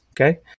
okay